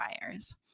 buyers